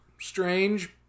strange